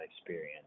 experience